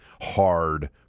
hard